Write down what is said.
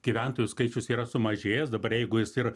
gyventojų skaičius yra sumažėjęs dabar jeigu jis ir